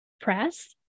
press